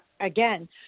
again